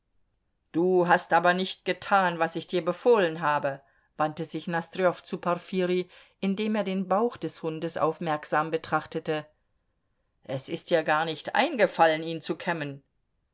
du hast aber nicht getan was ich dir befohlen habe wandte sich nosdrjow zu porfirij indem er den bauch des hundes aufmerksam betrachtete es ist dir gar nicht eingefallen ihn zu kämmen